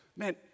man